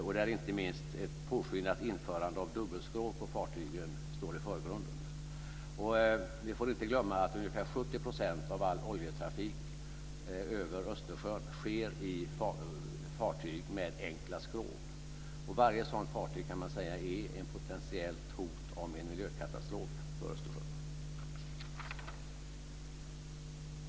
Inte minst står ett påskyndat införande av dubbelskrov på fartygen i förgrunden. Vi får inte glömma att ungefär 70 % av all oljetrafik över Östersjön sker i fartyg med enkla skrov. Och man kan säga att varje sådant fartyg är ett potentiellt hot om en miljökatastrof för Östersjön.